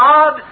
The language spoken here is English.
God